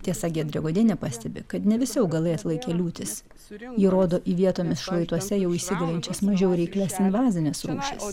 tiesa giedrė godienė pastebi kad ne visi augalai atlaikė liūtis ji rodo į vietomis šlaituose jau įsigalinčias mažiau reiklias invazines rūšis